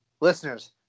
Listeners